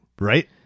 Right